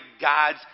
God's